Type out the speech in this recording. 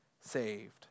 saved